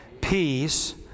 peace